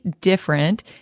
different